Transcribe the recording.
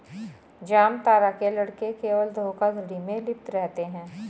जामतारा के लड़के केवल धोखाधड़ी में लिप्त रहते हैं